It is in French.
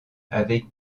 avec